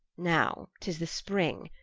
now tis the spring,